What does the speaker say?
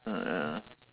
ah ah ah